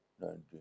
Nineteen